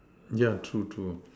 yeah true true